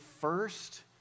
first